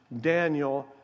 Daniel